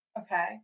Okay